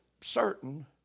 certain